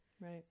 Right